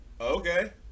okay